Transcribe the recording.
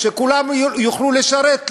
שכולם יוכלו לשרת,